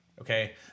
Okay